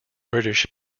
british